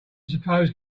suppose